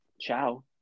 Ciao